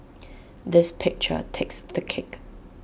this picture takes the cake